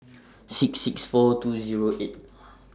six six four two Zero eight